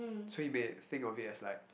so you may think of it as like